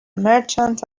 merchant